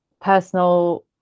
personal